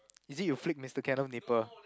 is it you flick Mister Kenneth nipple